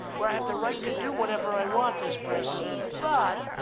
where i have the right to do whatever i want as president, but,